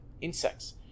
insects